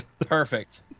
Perfect